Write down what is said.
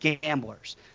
gamblers